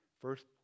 first